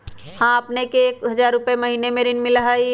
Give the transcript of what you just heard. हां अपने के एक हजार रु महीने में ऋण मिलहई?